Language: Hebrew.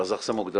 אז איך זה מוגדר?